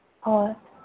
ꯍꯣꯏ